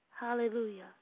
Hallelujah